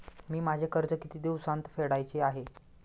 मी माझे कर्ज किती दिवसांत फेडायचे आहे?